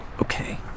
Okay